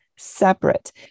separate